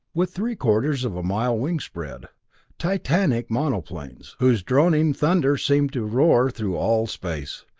with three-quarters of a mile wingspread titanic monoplanes, whose droning thunder seemed to roar through all space.